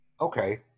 Okay